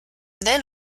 then